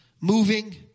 Moving